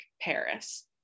Paris